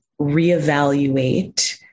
reevaluate